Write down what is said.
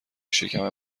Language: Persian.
شکم